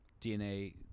DNA